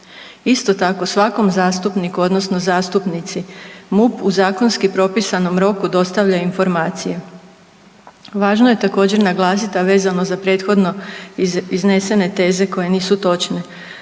Isto tako svakom zastupniku odnosno zastupnici MUP u zakonski propisanom roku dostavlja informacije. Važno je također naglasit, a vezano za prethodno iznesene teze koje nisu točne